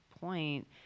point